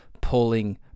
pulling